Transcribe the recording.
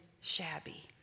shabby